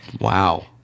Wow